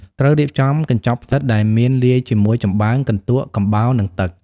ត្រូវរៀបចំ កញ្ចប់ផ្សិត ដែលមានលាយជាមួយចម្បើង កន្ទក់ កំបោរ និងទឹក។